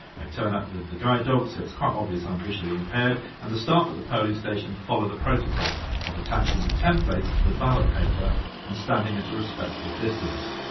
i turn up with the guide dog, so it's quite obviously i'm visually impaired and the staff at the polling station follow the protocol of attaching the template to the ballot paper and standing at a respectful distance.